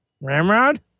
Ramrod